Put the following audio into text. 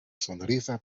sonrisa